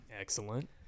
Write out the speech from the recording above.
Excellent